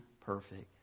perfect